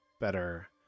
better